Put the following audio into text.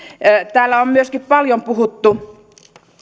täällä on paljon puhuttu